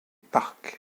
parcs